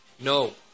No